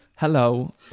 Hello